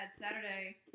Saturday